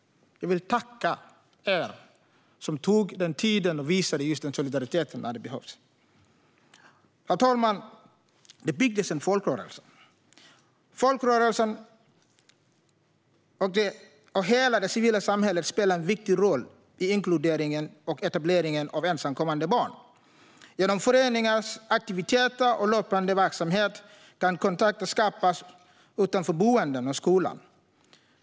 Jag vill tacka er som tog den tiden och visade just den solidariteten när det behövdes. Herr talman! Det byggdes en folkrörelse. Folkrörelsen och hela det civila samhället spelar en viktig roll i inkluderingen och etableringen av ensamkommande barn. Genom föreningars aktiviteter och löpande verksamhet kan kontakter skapas utanför boendena och skolan.